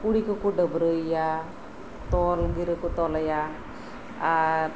ᱠᱩᱲᱤ ᱠᱚ ᱠᱚ ᱰᱟᱹᱵᱨᱟᱹᱭᱮᱭᱟ ᱛᱚᱞ ᱜᱤᱨᱟᱹ ᱠᱚ ᱛᱚᱞᱟᱭᱟ ᱟᱨ